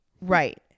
Right